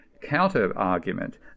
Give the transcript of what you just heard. counter-argument